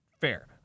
Fair